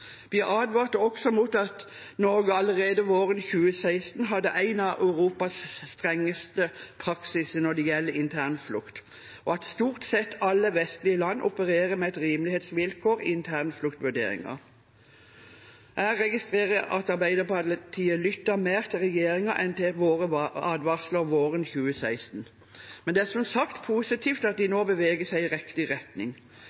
Vi advarte også om at Norge allerede våren 2016 hadde en av Europas strengeste praksiser når det gjelder internflukt, og om at stort sett alle vestlige land opererer med et rimelighetsvilkår i internfluktvurderingen. Jeg registrerer at Arbeiderpartiet lyttet mer til regjeringen enn til våre advarsler våren 2016. Men det er som sagt positivt at de